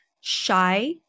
shy